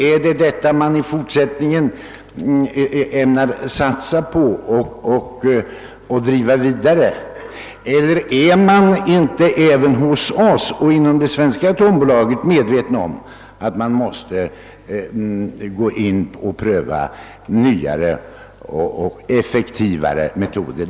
är det detta man i fortsättningen ämnar satsa på och driva vidare, eller är man även inom det svenska atombolaget medveten om att man måste pröva nyare och effektivare metoder?